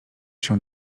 się